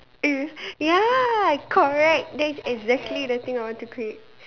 mm ya correct that's exactly the thing I want to create